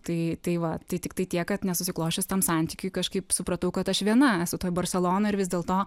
tai tai va tai tiktai tiek kad nesusiklosčius tam santykiui kažkaip supratau kad aš viena esu toj barselonoj ir vis dėlto